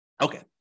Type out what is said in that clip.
okay